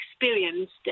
experienced